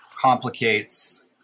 complicates